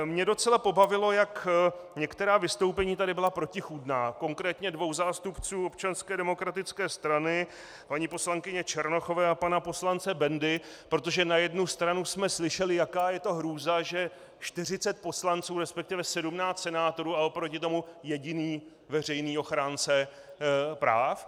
Mě docela pobavilo, jak některá vystoupení tady byla protichůdná, konkrétně dvou zástupců Občanské demokratické strany, paní poslankyně Černochové a pana poslance Bendy, protože na jednu stranu jsme slyšeli, jaká je to hrůza, že 40 poslanců, respektive 17 senátorů a proti tomu jediný veřejný ochránce práv.